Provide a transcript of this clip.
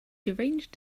deranged